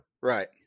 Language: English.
Right